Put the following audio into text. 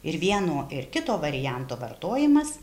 ir vieno ir kito varianto vartojimas